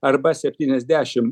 arba septyniasdešim